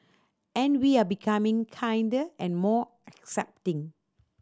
and we are becoming kinder and more accepting